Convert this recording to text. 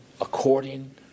according